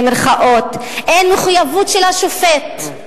אין מחויבות של השופט,